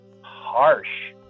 harsh